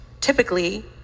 Typically